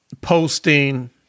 posting